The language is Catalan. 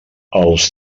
els